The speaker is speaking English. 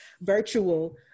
virtual